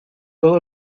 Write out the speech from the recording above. todo